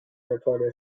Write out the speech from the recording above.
reported